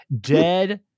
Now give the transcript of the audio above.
dead